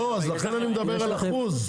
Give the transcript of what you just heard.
לכן אני מדבר על אחוז.